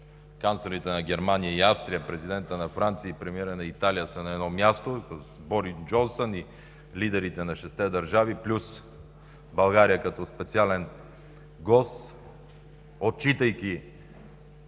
канцлерите на Германия и Австрия, президентът на Франция и премиерът на Италия са на едно място с Борис Джонсън и лидерите на шестте държави плюс България като специален гост, отчитайки